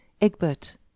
Egbert